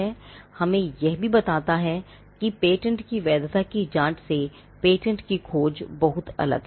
यह हमें यह भी बताता है कि पेटेंट की वैधता की जांच से पेटेंट की खोज बहुत अलग है